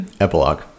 Epilogue